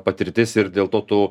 patirtis ir dėl to tu